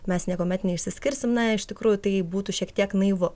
mes niekuomet neišsiskirsim na iš tikrųjų tai būtų šiek tiek naivu